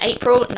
April